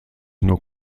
nur